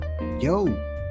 yo